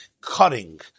cutting